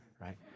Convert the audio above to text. right